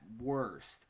worst